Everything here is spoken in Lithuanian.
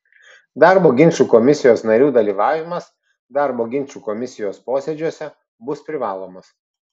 darbo ginčų komisijos narių dalyvavimas darbo ginčų komisijos posėdžiuose bus privalomas